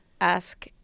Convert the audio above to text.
ask